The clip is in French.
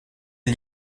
est